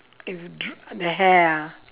it will drop on the hair ah